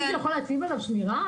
מישהו יכול להציב עליו שמירה?